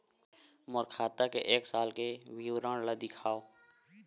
मोर खाता के एक साल के विवरण ल दिखाव?